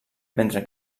mentre